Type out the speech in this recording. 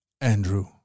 Andrew